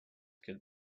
get